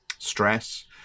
stress